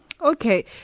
Okay